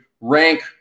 rank